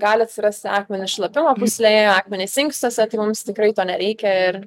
gali atsirast akmenys šlapimo pūslėje akmenys inkstuose tai mums tikrai to nereikia ir